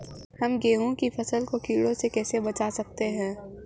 हम गेहूँ की फसल को कीड़ों से कैसे बचा सकते हैं?